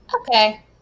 Okay